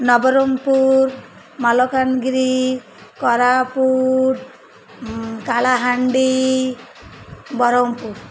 Nabarangpur Malkangiri Koraput Kalahandi Brahmapur